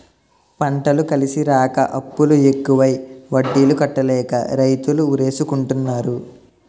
పంటలు కలిసిరాక అప్పులు ఎక్కువై వడ్డీలు కట్టలేక రైతులు ఉరేసుకుంటన్నారు